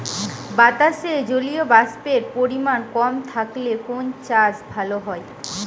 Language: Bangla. বাতাসে জলীয়বাষ্পের পরিমাণ কম থাকলে কোন চাষ ভালো হয়?